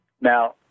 Now